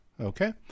okay